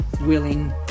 willing